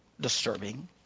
disturbing